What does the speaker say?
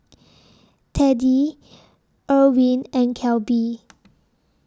Teddie Irwin and Kelby